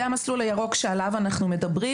זה המסלול הירוק שעליו אנחנו מדברים,